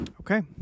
Okay